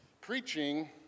preaching